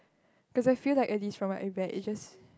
cause I feel like at least from what I read it just